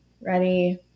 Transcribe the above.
ready